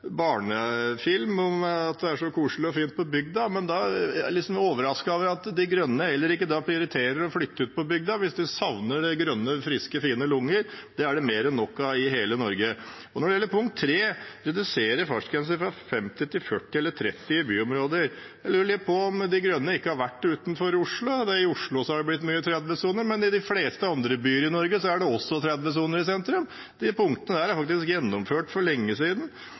barnefilm – at det er så koselig og fint på bygda. Jeg er overrasket over at De Grønne ikke prioriterer å flytte ut på bygda hvis de savner de grønne, friske, fine lungene. Det er det mer enn nok av i hele Norge. Når det gjelder punkt 3, å redusere fartsgrensen fra 50 km/t til 40 km/t og til 30 km/t i byområder: Jeg lurer litt på om De Grønne ikke har vært utenfor Oslo. I Oslo har det blitt mange 30 km/t-soner, men i de fleste andre byer i Norge er det også 30 km/t-soner i sentrum. Disse punktene er faktisk gjennomført for lenge siden.